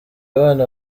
abana